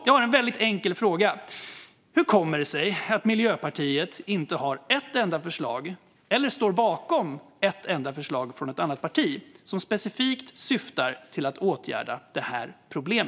Jag har en väldigt enkel fråga: Hur kommer det sig att Miljöpartiet inte har ett enda förslag eller inte står bakom ett enda förslag från ett annat parti som specifikt syftar till att åtgärda detta problem?